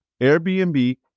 Airbnb